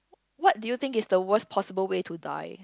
what do you think is the worse possible way to die